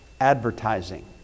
advertising